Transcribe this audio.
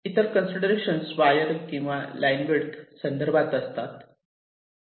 इतर considerations wire किंवा line width संदर्भात असतात